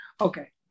Okay